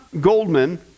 Goldman